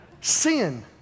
Sin